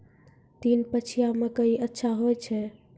तीन पछिया मकई अच्छा होय छै?